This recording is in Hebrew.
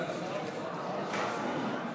חייב.